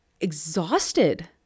exhausted